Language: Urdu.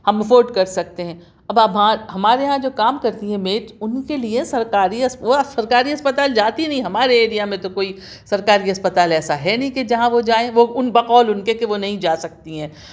ہم افورٹ کر سکتے ہیں اب آپ باہر ہمارے یہاں جو کام کرتی ہیں میٹ اُن کے لئے سرکاری وہ سرکاری اسپتال جاتی نہیں ہمارے ائیریا میں تو کوئی سرکاری اسپتال ایسا ہے نہیں کہ جہاں وہ جائیں وہ اُن بقول اُن کے کہ وہ نہیں جا سکتی ہیں